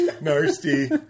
Nasty